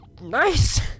nice